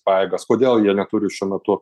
pajėgas kodėl jie neturi šiuo metu